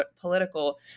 political